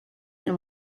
and